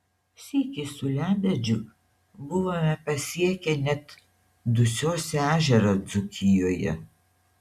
sykį su lebedžiu buvome pasiekę net dusios ežerą dzūkijoje